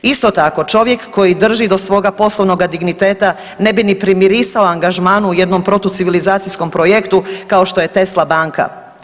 Isto tako, čovjek koji drži do svoga poslovnoga digniteta ne bi ni primirisao angažmanu u jednom protucivilizacijskom projektu kao što je Tesla banka.